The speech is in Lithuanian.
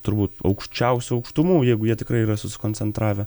turbūt aukščiausių aukštumų jeigu jie tikrai yra susikoncentravę